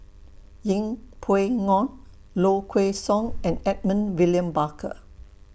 Yeng Pway Ngon Low Kway Song and Edmund William Barker